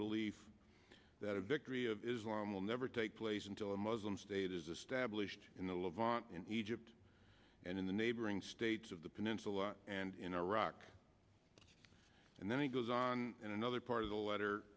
belief that a victory of islam will never take place until a muslim state is established in the levant in egypt and in the neighboring states of the peninsula and in iraq and then he goes on in another part of the letter